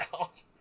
out